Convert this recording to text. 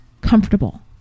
comfortable